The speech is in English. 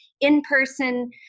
in-person